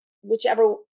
whichever